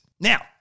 Now